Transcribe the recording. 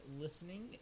listening